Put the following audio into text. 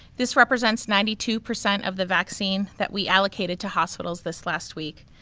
this represents ninety two percent of the vaccine that we allocated to hospitals this last week.